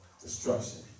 destruction